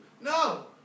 No